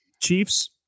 Chiefs